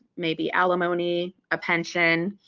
maybe alimony, a pension,